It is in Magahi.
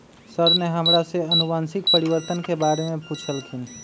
सर ने हमरा से अनुवंशिक परिवर्तन के बारे में पूछल खिन